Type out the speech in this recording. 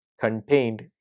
contained